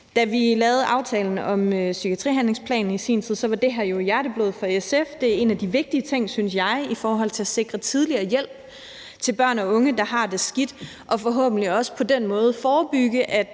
sin tid lavede aftalen om psykiatrihandlingsplanen, var det her jo hjerteblod for SF. Jeg synes, det er en af de vigtige ting i forhold til at sikre en tidligere hjælp til børn og unge, der har det skidt, og forhåbentlig også til på den måde at forebygge,